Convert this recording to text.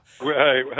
hey